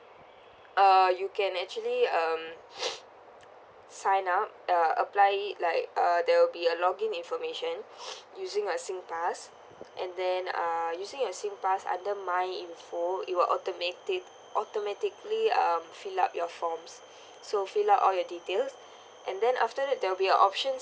uh you can actually um sign up uh apply it like uh there will be a log-in information using your SingPass and then uh using your SingPass under my info it will automatic automatically um fill up your forms so fill up all your details and then after that there will be a options